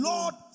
Lord